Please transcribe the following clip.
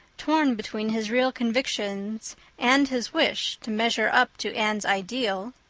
torn between his real convictions and his wish to measure up to anne's ideal,